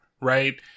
right